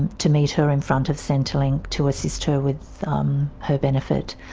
and to meet her in front of centrelink to assist her with um her benefit.